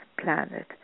planet